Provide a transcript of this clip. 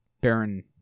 Baron